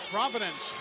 Providence